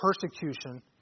persecution